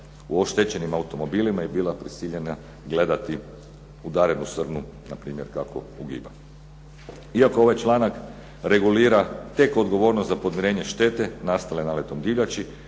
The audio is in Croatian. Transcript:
u oštećenim automobilima i bila prisiljena gledati udarenu srnu npr. kako ugiba. Iako ovaj članak regulira tek odgovornost za … štete nastale naletom divljači